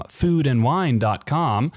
foodandwine.com